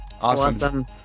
Awesome